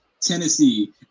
Tennessee